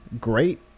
great